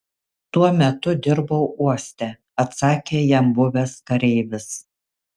tuo metu dirbau uoste atsakė jam buvęs kareivis